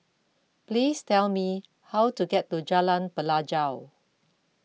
please tell me how to get to Jalan Pelajau